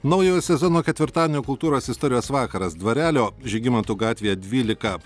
naujojo sezono ketvirtadienio kultūros istorijos vakaras dvarelio žygimantų gatvė dvylika